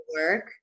work